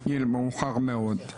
גיל מאוחר מאוד.